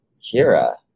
Kira